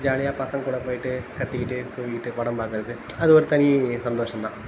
ஜாலியாக பசங்க கூட போயிட்டு கத்திக்கிட்டு கூவிகிட்டு படம் பார்க்குறது அது ஒரு தனி சந்தோஷம் தான்